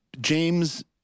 James